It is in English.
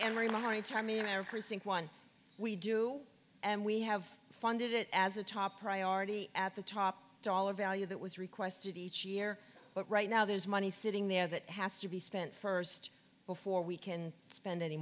one we do and we have funded it as a top priority at the top dollar value that was requested each year but right now there's money sitting there that has to be spent first before we can spend any